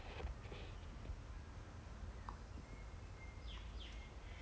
不懂 leh 有一个 Japanese crew 叫 s~ Saoko lah !wah! 她 sibei 可怜 sia